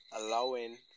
allowing